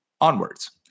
onwards